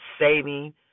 saving